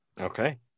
Okay